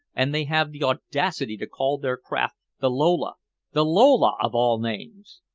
and they have the audacity to call their craft the lola the lola, of all names!